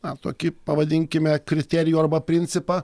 na tokį pavadinkime kriterijų arba principą